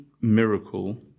miracle